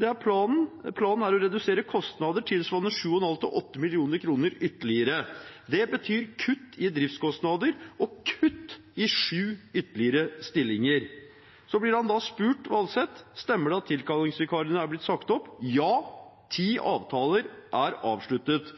«det er planen å redusere kostnader tilsvarende 7,5–8 millioner. Det betyr kutt i driftskostnader, og kutt i sju stillinger.» Valseth blir spurt om det stemmer at tilkallingsvikarene er blitt sagt opp, og svarer: «Ja, ti avtaler er avsluttet.»